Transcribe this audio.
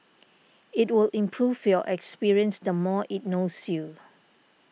it will improve your experience the more it knows you